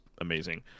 amazing